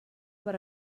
per